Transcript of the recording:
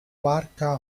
barca